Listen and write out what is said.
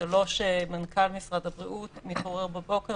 זה לא שמנכ"ל משרד הבריאות מתעורר בבוקר